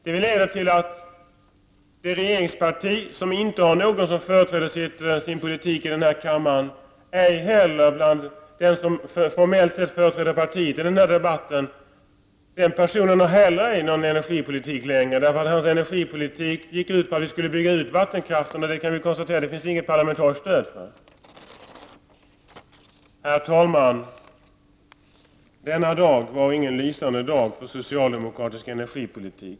Det betyder att det regeringsparti som inte har någon som företräder sin politik i denna kammare inte längre har någon energipolitik liksom den person som formellt företräder partiet i denna debatt, eftersom hans partipolitik gick ut på att vi skulle bygga ut vattenkraften. Vi kan då konstatera att för detta finns det inte något parlamentariskt stöd. Herr talman! Denna dag var ingen lysande dag för socialdemokratisk energipolitik.